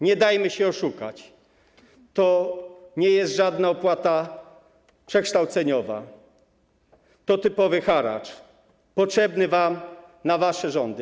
Nie dajmy się oszukać, to nie jest żadna opłata przekształceniowa, to typowy haracz, potrzebny wam na wasze rządy.